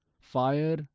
fire